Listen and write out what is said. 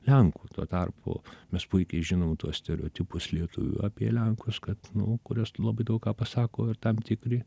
lenkų tuo tarpu mes puikiai žinom tuos stereotipus lietuvių apie lenkus kad nu kurios labai daug ką pasako ir tam tikri